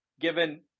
Given